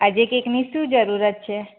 આજે કેકની શું જરૂરત છે